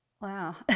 Wow